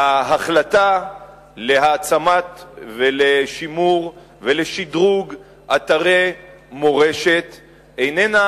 ההחלטה להעצמה ולשימור ולשדרוג של אתרי מורשת איננה